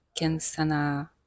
Kensana